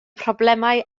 problemau